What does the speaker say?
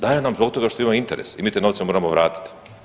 Daju nam zbog toga što imaju interes i mi te novce moramo vratiti.